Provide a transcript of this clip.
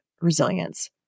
resilience